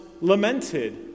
lamented